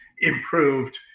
improved